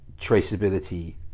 traceability